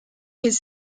his